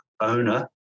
owner